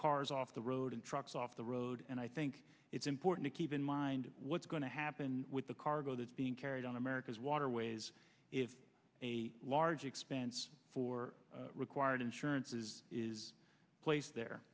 cars off the road and trucks off the road and i think it's important to keep in mind what's going to happen with the cargo that's being carried on america's waterways if a large expense for required insurances is placed there